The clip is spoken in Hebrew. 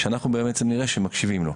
שאנחנו בעצם נראה שמקשיבים לו.